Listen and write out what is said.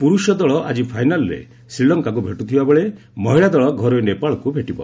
ପୁରୁଷ ଦଳ ଆଜି ଫାଇନାଲ୍ରେ ଶ୍ରୀଲଙ୍କାକୁ ଭେଟୁଥିବାବେଳେ ମହିଳାଦଳ ଘରୋଇ ନେପାଳକୁ ଭେଟିବ